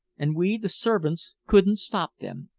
and we, the servants, couldn't stop them.